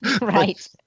right